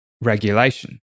regulation